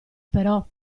però